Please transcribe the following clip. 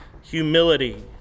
humility